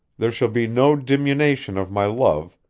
there shall be no diminution of my love,